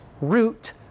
root